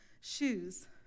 shoes